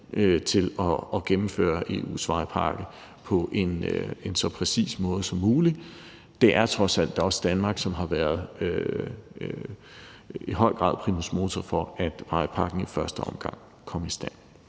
til at gennemføre EU's vejpakke på en så præcis måde som muligt. Det er trods alt også Danmark, som i høj grad har været primus motor for, at vejpakken i første omgang kom i stand.